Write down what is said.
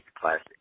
classic